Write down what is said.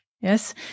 yes